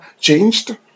changed